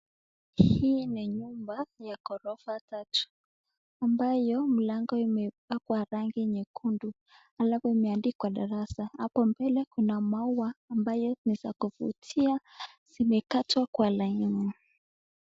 Hii ni nyumba ya gorofa tatu ambayo mlango imepakwa rangi nyekundu alafu imeandikwa darasa. Hapo mbele kuna maua ambayo ni za kuvutia zimekatwa kwa laini.